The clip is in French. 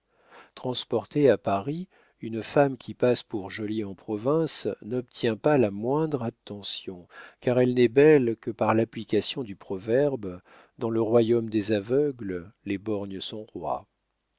transportée à paris une femme qui passe pour jolie en province n'obtient pas la moindre attention car elle n'est belle que par l'application du proverbe dans le royaume des aveugles les borgnes sont rois